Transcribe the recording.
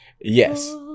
yes